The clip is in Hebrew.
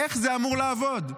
איך זה אמור לעבוד?